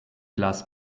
glas